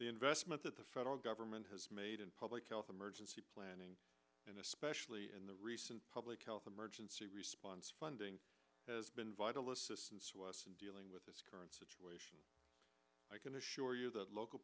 the investment that the federal government has made in public health emergency planning and especially in the recent public health emergency response funding has been vital to dealing with the current situation i can assure you that local